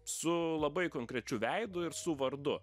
su labai konkrečiu veidu ir su vardu